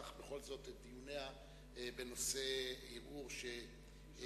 בכל זאת את דיוניה בנושא ערעור שהגישה,